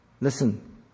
Listen